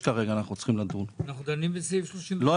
כרגע אנחנו צריכים לדון רק בסעיף 36. אחנו דנים בסעיף 36. לא.